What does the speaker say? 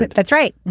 that's right.